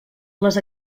les